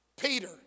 Peter